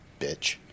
bitch